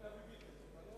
הנה אבי ביטר.